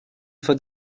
for